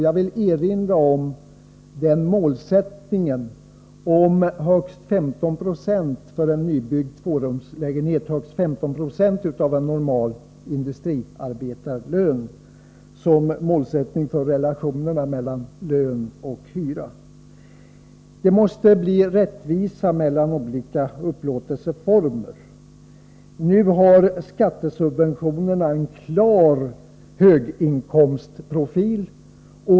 Jag vill erinra om målsättningen att kostnaden för en nybyggd tvårumslägenhet inte skall uppgå till mer än 15 96 av en normal industriarbetarlön — detta som en målsättning för relationerna mellan lön och hyra. Det måste bli en rättvisa mellan olika upplåtelseformer. Nu har skattesubventionerna en klar höginkomstprofil.